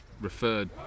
referred